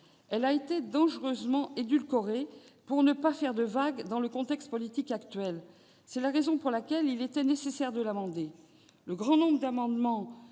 loi a été dangereusement édulcoré pour ne pas faire de vagues dans le contexte politique actuel. C'est la raison pour laquelle il était nécessaire de l'amender. Le grand nombre d'amendements